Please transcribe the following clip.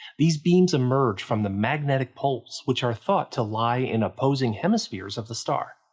these beams emerge from the magnetic poles which are thought to lie in opposing hemispheres of the star.